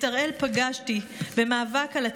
את הראל פגשתי במאבק על הצדק,